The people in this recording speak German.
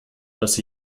dass